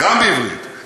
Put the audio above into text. גם בעברית.